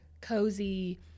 cozy